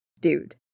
dude